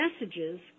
messages